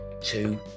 Two